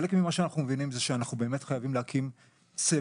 חלק ממה שאנחנו מבינים זה שאנחנו באמת חייבים להקים צוות,